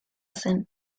zen